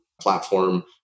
platform